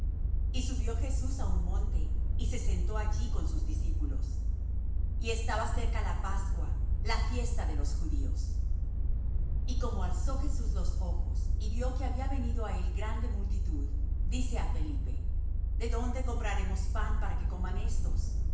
y subió jesús á un monte y se sentó allí con sus discípulos y estaba cerca la pascua la fiesta de los judíos y como alzó jesús los ojos y vió que había venido á él grande multitud dice á felipe de dónde compraremos pan para que coman éstos